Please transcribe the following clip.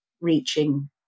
reaching